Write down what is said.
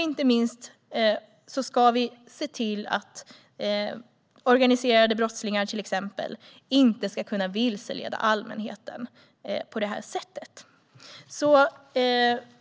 Inte minst ska vi se till att till exempel organiserade brottslingar inte ska kunna vilseleda allmänheten på det här sättet.